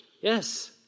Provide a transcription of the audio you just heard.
Yes